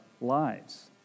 lives